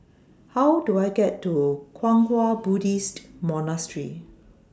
How Do I get to Kwang Hua Buddhist Monastery